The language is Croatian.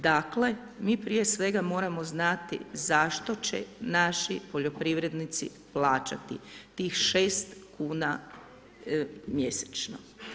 Dakle, mi prije svega moramo znati zašto će naši poljoprivrednici plaćati tih 6 kn mjesečno?